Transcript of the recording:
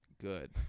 good